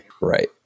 Right